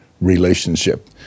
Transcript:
relationship